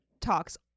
talks